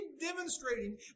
demonstrating